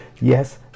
Yes